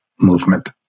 movement